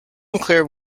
unclear